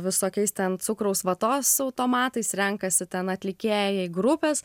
visokiais ten cukraus vatos automatais renkasi ten atlikėjai grupės